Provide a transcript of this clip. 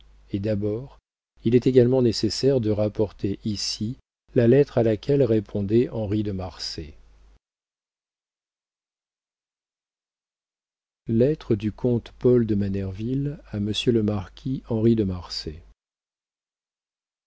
et d'abord il est également nécessaire de rapporter ici la lettre à laquelle répondait henri de marsay lettre du comte paul de manerville à m le marquis henri de marsay